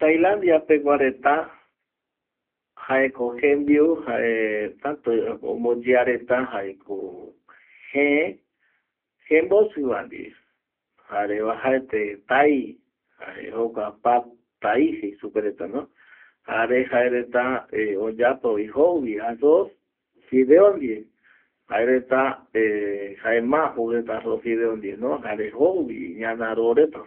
Tailandia pegua reta, jae ko jembiu jae tätä omboyea reta jae ko gëë, jembosɨ va ndie jare oajaeta tai jae jokua pat tai jei supe reta no jare jae reta oyapo vi jou arroz fideo ndie jae reta jae ma jou reta arroz fideo ndie no jare jou vi ñana roo reta.